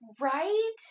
Right